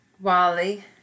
Wally